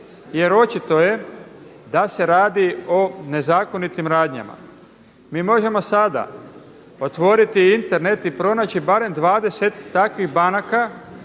jer očito je da se radio nezakonitim radnjama. Mi možemo sada otvoriti Internet i pronaći barem 20 takvih banaka